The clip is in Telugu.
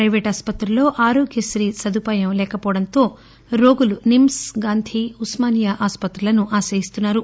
ప్రైవేటు ఆస్పత్రుల్లో ఆరోగ్యత్రీ సదుపాయం లేకపోవడంతో రోగులు నిమ్స్ గాంధీ ఉస్మానియా ఆస్పత్రులను ఆశ్రయిస్తున్నారు